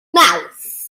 mawrth